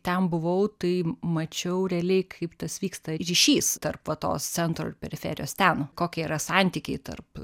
ten buvau tai mačiau realiai kaip tas vyksta ryšys tarp va tos centro periferijos ten kokie yra santykiai tarp